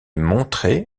montrée